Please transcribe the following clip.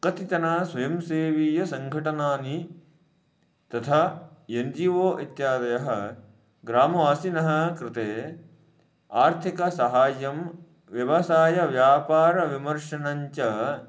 कतिचन स्वयं सेवीयसङ्घटनानि तथा एन् जी ओ इत्यादयः ग्रामवासिनानां कृते आर्थिकसहाय्यं व्यवसायः व्यापारविमर्शनञ्च